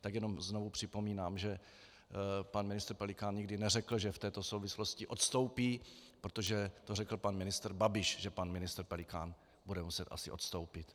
Tak jenom znovu připomínám, že pan ministr Pelikán nikdy neřekl, že v této souvislosti odstoupí, protože to řekl pan ministr Babiš, že pan ministr Pelikán bude muset asi odstoupit.